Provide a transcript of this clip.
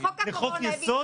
לחוק-יסוד?